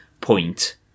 point